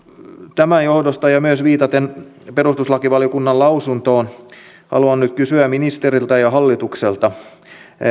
tämän johdosta ja myös viitaten perustuslakivaliokunnan lausuntoon haluan nyt kysyä ministeriltä ja hallitukselta